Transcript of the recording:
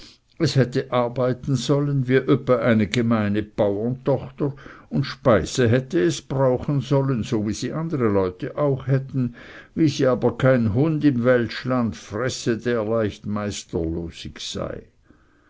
es hätte arbeiten sollen wie öppe eine gemeine baurentochter und speise hätte es brauchen sollen so wie sie andere leute auch hätten wie sie aber kein hund im weltschland fresse der leicht meisterlosig sei